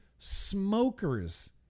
smokers